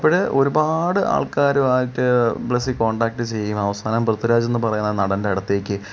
അപ്പോൾ ഒരുപാട് ആൾക്കാരുവായിട്ട് ബ്ലെസി കോണ്ടാക്ട് ചെയ്യുന്നു അവസാനം പൃത്വിരാജ്ന്ന് പറയുന്ന നടൻ്റെടുത്തേക്ക്